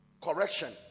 correction